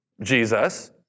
Jesus